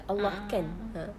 a'ah a'ah